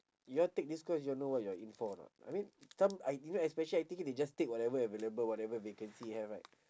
you all take this course you all know what you're in for or not I mean come I you know especially I take it they just take whatever available whatever vacancy have right